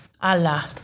Allah